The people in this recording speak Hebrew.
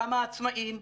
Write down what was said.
גם העצמאיים.